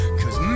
cause